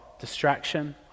distraction